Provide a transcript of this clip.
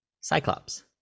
Cyclops